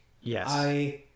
Yes